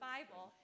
Bible